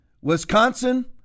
wisconsin